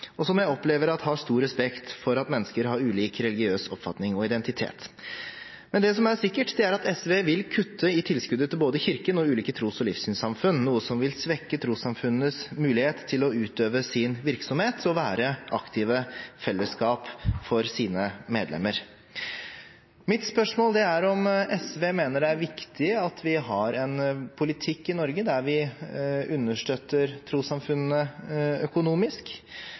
og som jeg opplever har stor respekt for at mennesker har ulik religiøs oppfatning og identitet. Det som er sikkert, er at SV vil kutte i tilskuddet til både Kirken og ulike tros- og livssynssamfunn, noe som vil svekke trossamfunnenes mulighet til å utøve sin virksomhet og være aktive fellesskap for sine medlemmer. Mitt spørsmål er om SV mener det er viktig at vi har en politikk i Norge der vi understøtter trossamfunnene økonomisk,